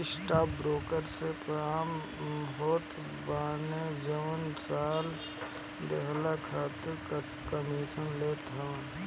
stockbroker पेशेवर आदमी होत बाने जवन सलाह देहला खातिर कमीशन लेत हवन